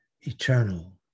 eternal